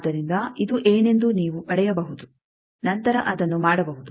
ಆದ್ದರಿಂದ ಇದು ಏನೆಂದು ನೀವು ಪಡೆಯಬಹುದು ನಂತರ ಅದನ್ನು ಮಾಡಬಹುದು